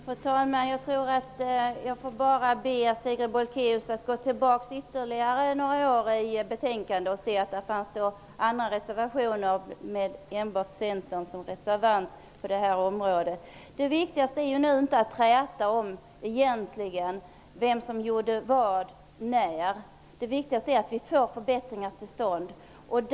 Fru talman! Jag ber Sigrid Bolkéus att gå tillbaka ytterligare några år i tiden vad gäller betänkanden. Hon skall då upptäcka att det finns betänkanden med enbart Centern som reservant på detta område. Det viktigaste är egentligen inte att träta om vem som gjorde vad och när det gjordes. Det viktigaste är att få förbättringar till stånd.